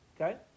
Okay